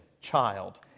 child